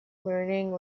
learning